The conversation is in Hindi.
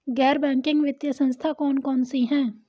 गैर बैंकिंग वित्तीय संस्था कौन कौन सी हैं?